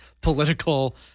political